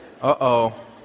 Uh-oh